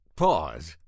pause